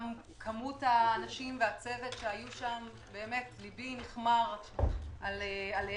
גם כמות האנשים והצוות שהיו שם באמת ליבי נכמר עליהם.